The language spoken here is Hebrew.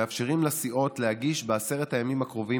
מאפשרים לסיעות להגיש בעשרת הימים הקרובים